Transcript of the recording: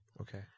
okay